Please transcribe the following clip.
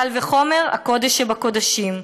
קל וחומר הקודש שבקודשים".